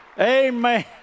Amen